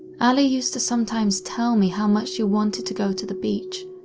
allie used to sometimes tell me how much she wanted to go to the beach,